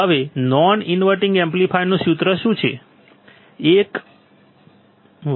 હવે non inverting એમ્પ્લીફાયરનું સૂત્ર શું છે 1 Rf Rin છે